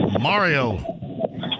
Mario